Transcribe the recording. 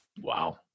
Wow